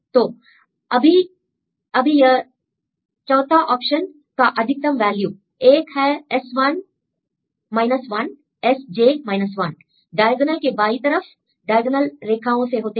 तो अभी अभी यह 4 ऑप्शन का अधिकतम वैल्यू एक है Si 1 S j 1 डायगोनल के बाई तरफ डायगोनल रेखाओं से होते हुए